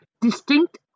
Distinct